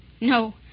No